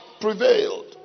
prevailed